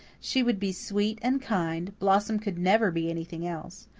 she would be sweet and kind blossom could never be anything else.